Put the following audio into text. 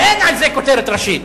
ואין על זה כותרת ראשית.